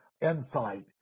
insight